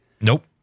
nope